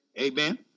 Amen